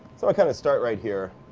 so i kind of start right here.